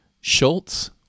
Schultz